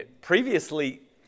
previously